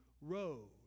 road